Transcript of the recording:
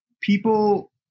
people